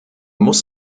muss